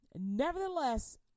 Nevertheless